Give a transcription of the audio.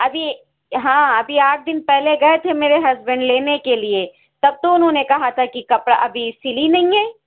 ابھی ہاں ابھی آٹھ دن پہلے گئے تھے میرے ہسبینڈ لینے کے لیے تب تو انہوں نے کہا تھا کہ کپڑا ابھی سلی نہیں ہیں